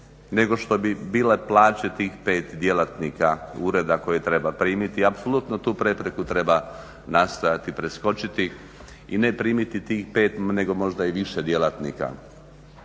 nego što bi bile plaće tih 5 djelatnika ureda koje treba primiti i apsolutno tu prepreku treba nastojati preskočiti i ne primiti tih 5 nego možda i više djelatnika.